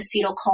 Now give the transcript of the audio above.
acetylcholine